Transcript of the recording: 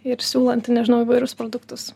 ir siūlanti nežinau įvairius produktus